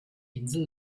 insel